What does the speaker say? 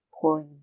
pouring